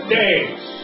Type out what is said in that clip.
days